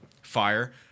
Fire